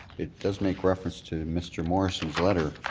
it does make reference to mr. morrison's letter,